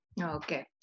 Okay